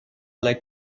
like